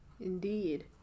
Indeed